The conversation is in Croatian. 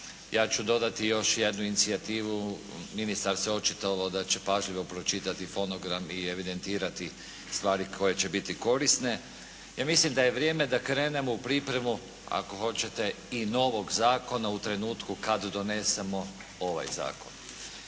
Ja ću dodati još jednu inicijativu, ministar se očitovao da će pažljivo pročitati fonogram i evidentirati stvari koje će biti korisne. Ja mislim da je vrijeme da krenemo u pripremu, ako hoćete i novog zakona u trenutku kada donesemo ovaj zakon.